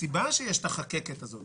הסיבה שיש את ה"חקקת" הזאת,